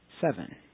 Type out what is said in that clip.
seven